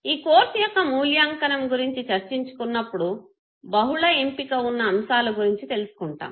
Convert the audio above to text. ఈ కోర్సు యొక్క మూల్యాంకనం గురుంచి చర్చించుకున్నప్పుడు బహుళ ఎంపిక వున్న అంశాలు గురుంచి తెలుసుకుంటాము